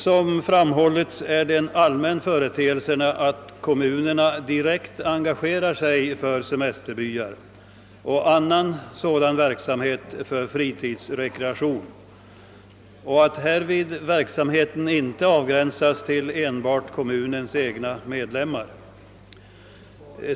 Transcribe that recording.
Som framhållits är det en allmän företeelse att kommunerna direkt engagerar sig i semesterbyar och liknande verksamhet för rekreation på fritiden samt att verksamheten då inte avgränsas till enbart kommunens egna medlemmar.